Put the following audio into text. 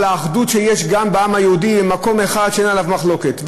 על האחדות שיש גם בעם היהודי במקום אחד שאין עליו מחלוקת.